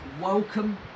welcome